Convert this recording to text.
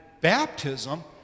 baptism